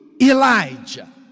Elijah